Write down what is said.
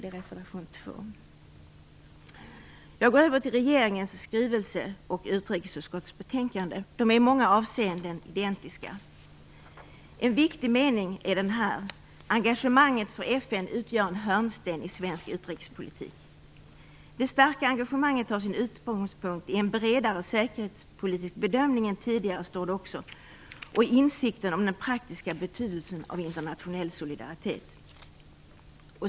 Jag skall därefter säga något om regeringens skrivelse och utrikesutskottets betänkande. De är i många avseenden identiska. En viktig mening är: Engagemanget för FN utgör en hörnsten i svensk utrikespolitik. Det står också: Det starka engagemanget har sin utgångspunkt i en bredare säkerhetspolitisk bedömning än tidigare och i insikten om den praktiska betydelsen av internationell solidaritet.